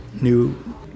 new